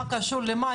מה קשור למה.